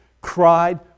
cried